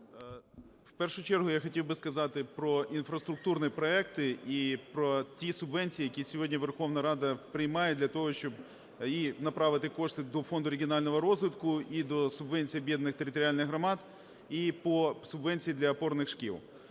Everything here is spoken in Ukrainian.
У першу чергу я хотів би сказати про інфраструктурні проекти і про ті субвенції, які сьогодні Верховна Рада приймає для того, щоб і направити кошти до фонду регіонального розвиту, і до субвенцій об'єднаних територіальних громад, і по субвенції для опорних шкіл.